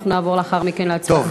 אנחנו נעבור לאחר מכן להצבעה.